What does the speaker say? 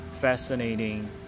fascinating